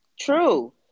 True